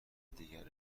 دیگر